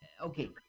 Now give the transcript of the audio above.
Okay